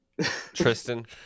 Tristan